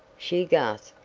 she gasped,